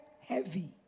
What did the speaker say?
heavy